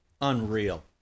Unreal